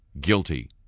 guilty